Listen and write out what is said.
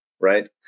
Right